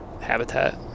habitat